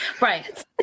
right